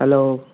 hello